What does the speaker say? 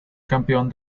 campeón